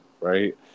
right